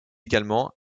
également